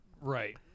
Right